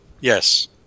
Yes